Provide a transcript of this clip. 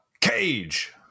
Cage